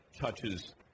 touches